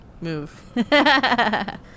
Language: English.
move